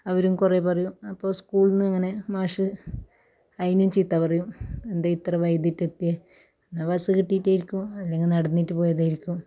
അവരും കുറെ പറയും അപ്പോൾ സ്കൂളിന്ന് ഇങ്ങനെ മാഷ് അതിനും ചീത്ത പറയും എന്തെ ഇത്ര വൈകീട്ട് എത്തിയെ എന്നാൽ ബസ് കിട്ടിയിട്ടായിരിക്കും അല്ലെങ്കിൽ നടന്നിട്ട് പോയതായിരിക്കും